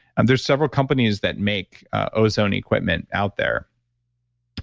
and there's several companies that make ozone equipment out there